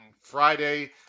Friday